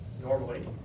Normally